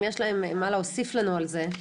אם יש להם מה להוסיף לנו על זה.